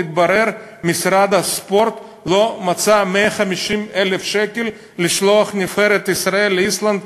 התברר שמשרד הספורט לא מצא 150,000 שקל לשלוח את נבחרת ישראל לאיסלנד,